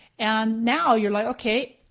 and now you're like, okay,